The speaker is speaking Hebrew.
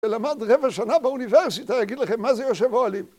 ולמד רבע שנה באוניברסיטה יגיד לכם מה זה יושב אוהלים